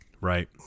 Right